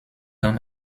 dann